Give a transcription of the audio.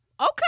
okay